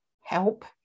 help